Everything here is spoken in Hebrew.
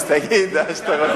אז תגיד מה שאתה רוצה.